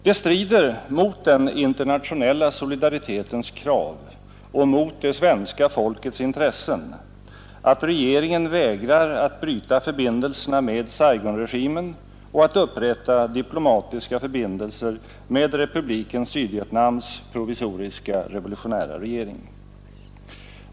Det strider mot den internationella solidaritetens krav och mot det svenska folkets intressen att regeringen vägrar att bryta förbindelserna med Saigonregimen och att upprätta diplomatiska förbindelser med Republiken Sydvietnams provisoriska revolutionära regering.